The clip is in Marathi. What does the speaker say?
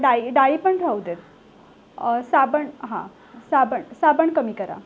डाळी डाळी पण राहू देत साबण हा साबण साबण कमी करा